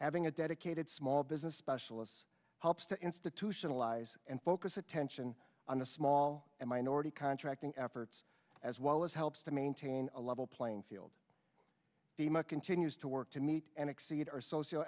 having a dedicated small business specialise helps to institutionalize and focus attention on the small and minority contracting efforts as well as helps to maintain a level playing field the much continues to work to meet and exceed our socio